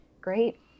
great